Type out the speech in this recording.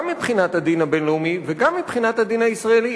גם מבחינת הדין הבין-לאומי וגם מבחינת הדין הישראלי,